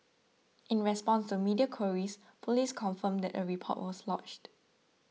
in response to media queries police confirmed that a report was lodged